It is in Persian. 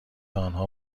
آنها